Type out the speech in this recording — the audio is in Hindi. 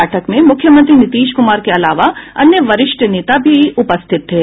बैठक में मूख्यमंत्री नीतीश कुमार के अलावा अन्य वरिष्ठ नेता भी उपस्थित थे